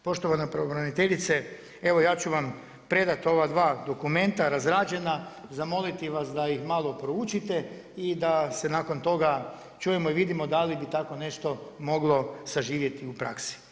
Poštovana pravobraniteljice, evo ja ću vam predati ova dva dokumenta razrađena, zamoliti vas da ih malo proučite i da se nakon toga čujemo i vidimo da li bi tako nešto moglo saživjeti u praksi.